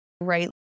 right